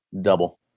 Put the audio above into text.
Double